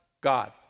God